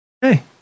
hey